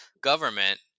government